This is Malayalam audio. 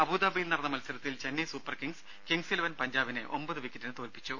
അബൂദാബിയിൽ നടന്ന മത്സരത്തിൽ Chennai super kings kings eleven പഞ്ചാബിനെ ഒമ്പത് വിക്കറ്റിന് തോൽപ്പിച്ചു